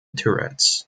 turrets